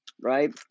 right